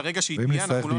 ברגע שהיא תהיה אנחנו לא נמתין.